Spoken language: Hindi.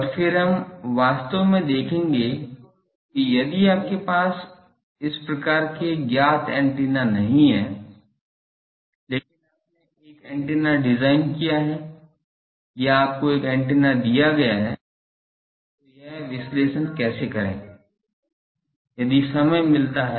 और फिर हम वास्तव में देखेंगे कि यदि आपके पास इस प्रकार के ज्ञात एंटेना नहीं हैं लेकिन आपने एक एंटीना